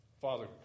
Father